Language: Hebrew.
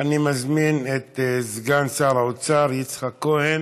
אני מזמין את סגן שר האוצר יצחק כהן